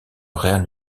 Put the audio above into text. real